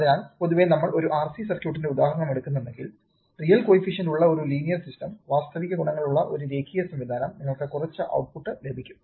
അതിനാൽ പൊതുവെ നമ്മൾ ഒരു RC സർക്യൂട്ടിന്റെ ഉദാഹരണമെടുത്തിട്ടുണ്ടെങ്കിൽ റിയൽ കോയിഫിഷന്റ് ഉള്ള ഒരു ലീനിയർ സിസ്റ്റം വാസ്തവിക ഗുണകങ്ങളുള്ള ഒരു രേഖീയ സംവിധാനം നിങ്ങൾക്ക് കുറച്ച് ഔട്ട്പുട്ട് ലഭിക്കും